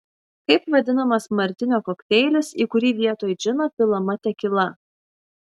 kaip vadinamas martinio kokteilis į kurį vietoj džino pilama tekila